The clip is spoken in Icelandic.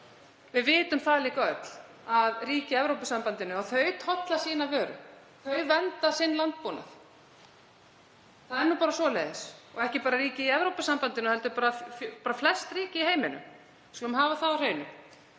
Við vitum það líka öll að ríki í Evrópusambandinu tolla sína vöru, þau vernda sinn landbúnað, það er bara svoleiðis. Og ekki bara ríki í Evrópusambandinu heldur flest ríki í heiminum. Við skulum hafa það á hreinu.